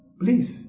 Please